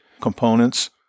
components